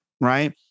Right